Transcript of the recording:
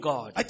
God